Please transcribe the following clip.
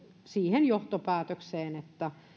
siihen johtopäätökseen